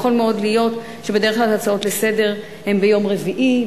יכול מאוד להיות שבדרך כלל הצעות לסדר-היום הן ביום רביעי,